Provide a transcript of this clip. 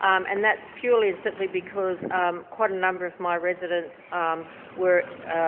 and that's purely and simply because quite a number of my residents were